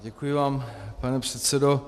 Děkuji vám, pane předsedo.